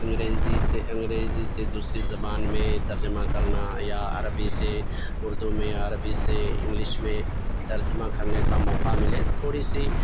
انگریزی سے انگریزی سے دوسری زبان میں ترجمہ کرنا یا عربی سے اردو میں عربی سے انگلش میں ترجمہ کر نے کا موقع ملے تھوڑی سی